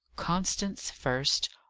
constance first!